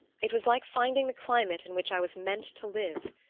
it was like finding the climate in which i was meant to live.